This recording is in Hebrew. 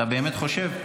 אתה באמת חושב?